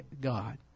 God